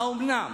האומנם